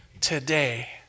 today